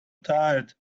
tired